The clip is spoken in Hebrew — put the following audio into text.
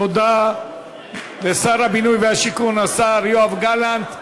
תודה לשר הבינוי והשיכון, השר יואב גלנט.